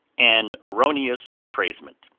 an erroneous appraisement.